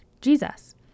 Jesus